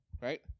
right